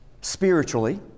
spiritually